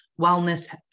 wellness